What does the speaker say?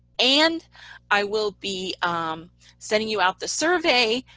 and i will be sending you out the survey,